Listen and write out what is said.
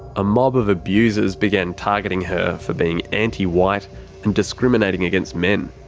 a mob of abusers began targeting her for being anti-white and discriminating against men.